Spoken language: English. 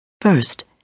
First